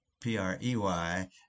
P-R-E-Y